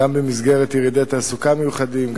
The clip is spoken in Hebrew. גם במסגרת ירידי תעסוקה מיוחדים,